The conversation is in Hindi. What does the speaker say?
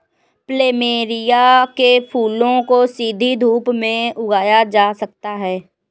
प्लमेरिया के फूलों को सीधी धूप में उगाया जा सकता है